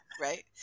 right